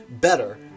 better